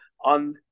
on